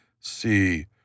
see